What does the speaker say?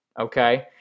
Okay